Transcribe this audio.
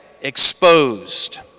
exposed